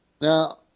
Now